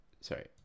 sorry